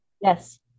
Yes